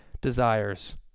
desires